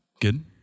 Good